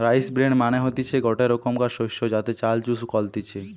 rice bran মানে হতিছে গটে রোকমকার শস্য যাতে চাল চুষ কলতিছে